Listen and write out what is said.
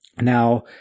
Now